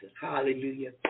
hallelujah